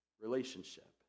relationship